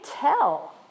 tell